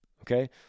okay